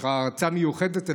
יש לך הערצה מיוחדת אליו,